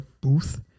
booth